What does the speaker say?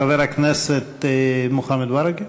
חבר הכנסת מוחמד ברכה.